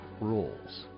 rules